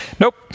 Nope